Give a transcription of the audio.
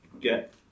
get